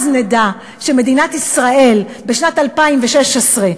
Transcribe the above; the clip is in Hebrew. אז נדע שמדינת ישראל בשנת 2016,